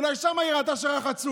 אולי שם היא ראתה שרחצו,